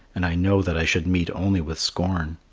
and i know that i should meet only with scorn.